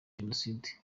jenoside